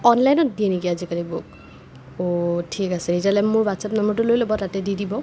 অনলাইনত দিয়ে নেকি আজিকালি বুক অঁ ঠিক আছে তেতিয়াহলে মোৰ হোৱাটচ্এপ নম্বৰটো লৈ ল'ব তাতে দি দিব